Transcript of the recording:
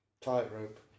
Tightrope